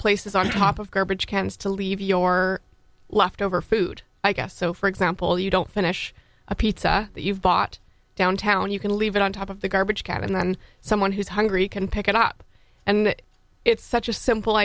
places on top of garbage cans to leave your leftover food i guess so for example you don't finish a pizza that you've bought downtown you can leave it on top of the garbage can and then someone who's hungry can pick it up and it's such a simple